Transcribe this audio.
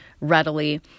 readily